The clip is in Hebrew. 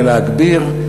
אולי להגביר,